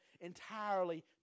entirely